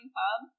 pub